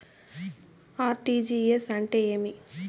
RTGS అంటే ఏమి?